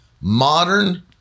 Modern